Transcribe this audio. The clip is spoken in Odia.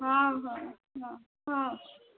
ହଁ ହଁ ହଁ ହଁ